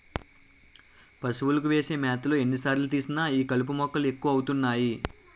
పశువులకు వేసే మేతలో ఎన్ని సార్లు తీసినా ఈ కలుపు మొక్కలు ఎక్కువ అవుతున్నాయి